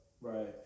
Right